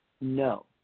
No